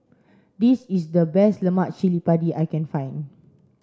this is the best Lemak Cili Padi I can find